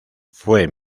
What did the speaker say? fue